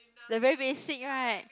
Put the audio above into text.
the very basic right